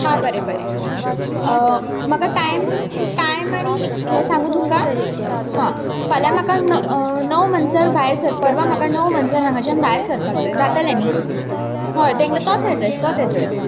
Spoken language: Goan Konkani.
हां बरें बरें म्हाका टायम टायम आनी हें सांगू तुमकां फाल्यां म्हाका णव म्हणसर भायर सर पर्वां म्हाका णव म्हणसर हांगाच्यान भायर सरपाक जाय जातलें न्ही हय तोच एड्रेस तोच एड्रेस